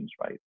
right